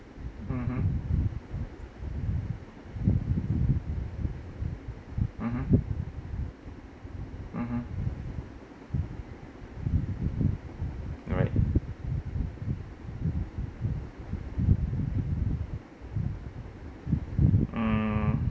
mmhmm mmhmm mmhmm right mm